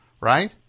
right